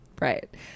Right